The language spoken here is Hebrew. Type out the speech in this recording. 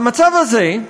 במצב הזה,